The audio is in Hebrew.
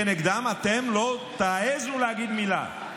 כנגדם אתם לא תעזו להגיד מילה.